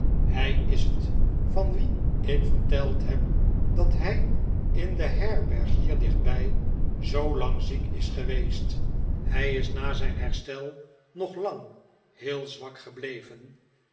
hij is het van wien ik verteld heb f dat hij in de herberg hier dichtbij zoo lang ziek is geweest hij is na zijn herstel nog lang heel zwak gebleven